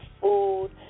food